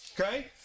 Okay